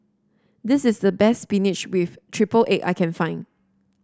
this is the best spinach with triple egg I can find